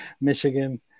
Michigan